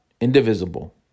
indivisible